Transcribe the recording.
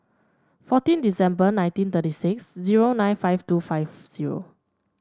fourteen December nineteen thirty six zero nine five two five zero